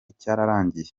cyararangiye